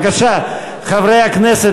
חברי הכנסת,